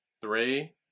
Three